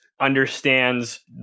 understands